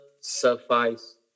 suffice